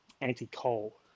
anti-coal